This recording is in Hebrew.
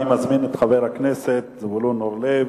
אני מזמין את חבר הכנסת זבולון אורלב,